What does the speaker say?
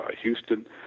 Houston